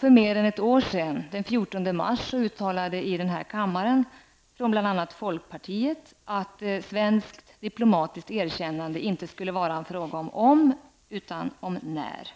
För mer än ett år sedan, den 14 mars, uttalades i denna kammare från bl.a. folkpartiet att svenskt diplomatiskt erkännande inte skulle vara en fråga om ''om'' utan om ''när''.